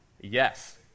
Yes